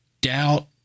doubt